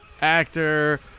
actor